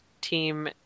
Team